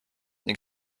ning